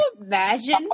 imagine